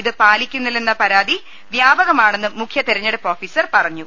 ഇതു പാലിക്കുന്നില്ലെന്ന പരാതി വ്യാപകമാണെന്നും മുഖ്യ തെര ഞ്ഞെടുപ്പ് ഓഫീസർ പറഞ്ഞു